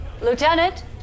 Lieutenant